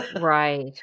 Right